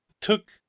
took